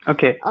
Okay